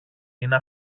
είναι